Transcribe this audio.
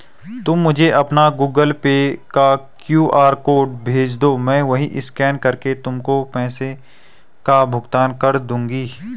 तुम मुझे अपना गूगल पे का क्यू.आर कोड भेजदो, मैं वहीं स्कैन करके तुमको पैसों का भुगतान कर दूंगी